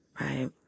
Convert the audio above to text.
right